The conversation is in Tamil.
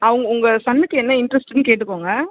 அவங்க உங்கள் சன்னுக்கு என்ன இன்ட்ரெஸ்ட்ன்னு கேட்டுக்கோங்கள்